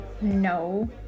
No